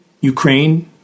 Ukraine